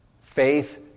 Faith